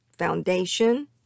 foundation